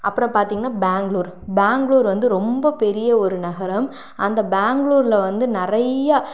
அப்புறம் பார்த்திங்கன்னா பெங்களூர் பெங்களூர் வந்து ரொம்ப பெரிய ஒரு நகரம் அந்த பெங்களூரில் வந்து நிறையா